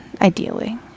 ideally